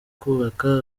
kubaka